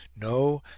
No